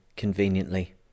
conveniently